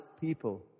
people